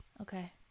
Okay